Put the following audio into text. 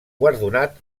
guardonat